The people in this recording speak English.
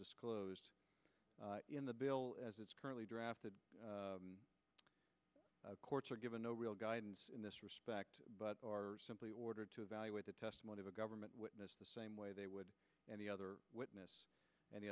disclosed in the bill as it's currently drafted courts are given no real guidance in this respect but are simply ordered to evaluate the testimony of a government witness the same way they would any other witness any othe